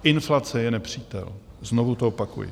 Inflace je nepřítel, znovu to opakuji.